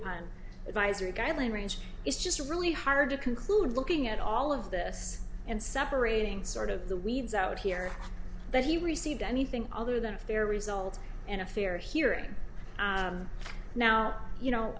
upon advisory guideline range is just really hard to conclude looking at all of this and separating sort of the weeds out here that he received anything other than a fair result in a fair hearing now you know